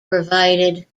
provided